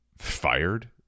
fired